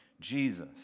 Jesus